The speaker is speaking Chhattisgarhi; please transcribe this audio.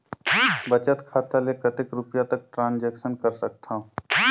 बचत खाता ले कतेक रुपिया तक ट्रांजेक्शन कर सकथव?